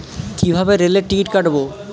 কিভাবে রেলের টিকিট কাটব?